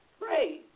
pray